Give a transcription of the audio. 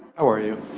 how are you?